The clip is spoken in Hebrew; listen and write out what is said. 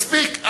מספיק.